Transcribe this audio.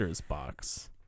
box